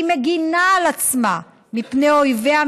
מגינה על עצמה מפני אויביה מבחוץ,